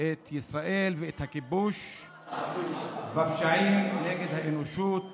את ישראל ואת הכיבוש בפשעים נגד האנושות